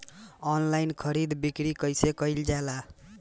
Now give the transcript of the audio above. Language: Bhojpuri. आनलाइन खरीद बिक्री कइसे कइल जाला?